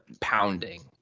pounding